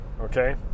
okay